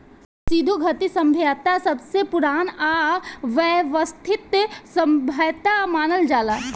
सिन्धु घाटी सभ्यता सबसे पुरान आ वयवस्थित सभ्यता मानल जाला